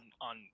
on